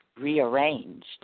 rearranged